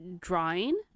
drawing